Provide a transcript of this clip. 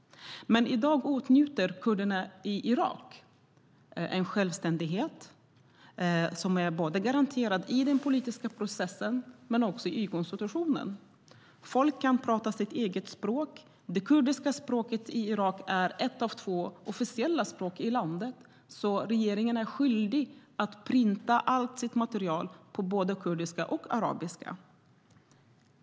I dag åtnjuter kurderna i Irak en självständighet som är garanterad både i den politiska processen och i konstitutionen. Folk kan prata sitt eget språk. Det kurdiska språket i Irak är ett av två officiella språk i landet, så regeringen är skyldig att trycka allt sitt material på både kurdiska och arabiska.